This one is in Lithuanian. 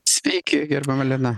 sveiki gerbiama lina